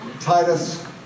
Titus